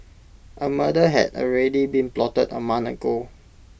A murder had already been plotted A month ago